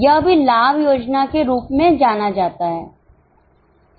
यह भी लाभ योजना के रूप में जाना जाता है समझ रहे हैं